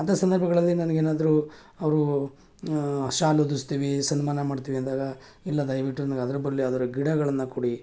ಅಂತ ಸಂದರ್ಭಗಳಲ್ಲಿ ನನಗೆ ಏನಾದ್ರೂ ಅವರು ಶಾಲು ಹೊದಿಸ್ತೀವಿ ಸನ್ಮಾನ ಮಾಡ್ತೀವಿ ಅಂದಾಗ ಇಲ್ಲ ದಯವಿಟ್ಟು ನನಗೆ ಅದ್ರ ಬದ್ಲು ಯಾವ್ದಾದ್ರು ಗಿಡಗಳನ್ನು ಕೊಡಿ